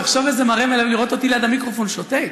תחשוב איזה מראה מלבב לראות אותי ליד המיקרופון שותק.